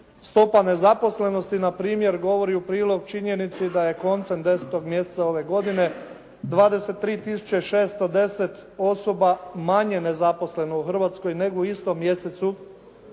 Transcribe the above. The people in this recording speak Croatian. stopa nezaposlenosti na primjer govori u prilog činjenici da je koncem 10. mjeseca ove godine 23 tisuće 610 osoba manje nezaposleno u Hrvatskoj nego u istom mjesecu